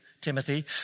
Timothy